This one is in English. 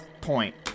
point